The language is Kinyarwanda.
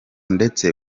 ndetse